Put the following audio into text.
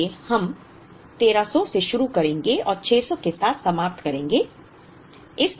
इसलिए हम 1300 से शुरू करेंगे और 600 के साथ समाप्त करें